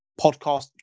podcast